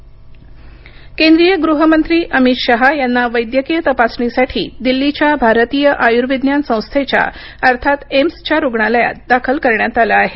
Shah AIIMS केंद्रीय गृहमंत्री अमित शहा यांना वैद्यकीय तपासणीसाठी दिल्लीच्या भारतीय आयुर्विज्ञान संस्थेच्या अर्थात एम्सच्या रुग्णालयात दाखल करण्यात आलं आहे